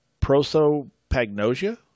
prosopagnosia